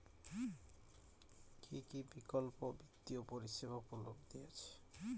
কী কী বিকল্প বিত্তীয় পরিষেবা উপলব্ধ আছে?